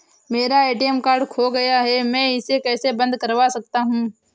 मेरा ATM card खो गया है मैं इसे कैसे बंद करवा सकता हूँ?